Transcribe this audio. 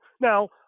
Now